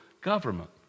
government